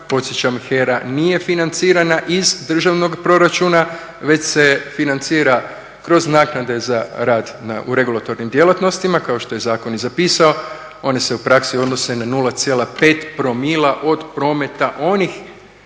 podsjećam HERA nije financirana iz državnog proračuna već se financira kroz naknade za rad u regulatornim djelatnostima kao što je zakon i zapisao. One se u praksi odnose na 0,5 promila od prometa onih